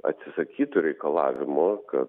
atsisakytų reikalavimo kad